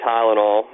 Tylenol